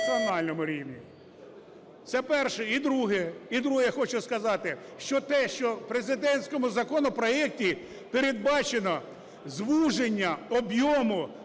Це перше. І друге. Я хочу сказати, що те, що в президентському законопроекті передбачено звуження об'єму